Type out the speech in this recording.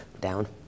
down